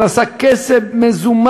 נשא על גופו כסף מזומן,